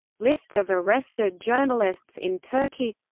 list of arrested journalists in turkey